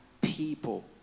people